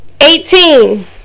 eighteen